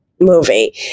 movie